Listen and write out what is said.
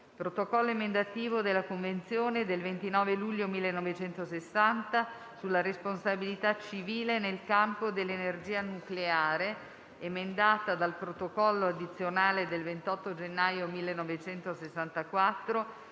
Protocollo emendativo della Convenzione del 29 luglio 1960 sulla responsabilità civile nel campo dell'energia nucleare, emendata dal Protocollo addizionale del 28 gennaio 1964